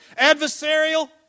adversarial